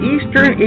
Eastern